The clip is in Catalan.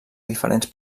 diferents